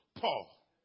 Paul